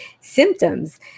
symptoms